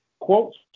Quotes